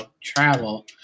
travel